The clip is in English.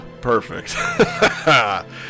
Perfect